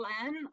plan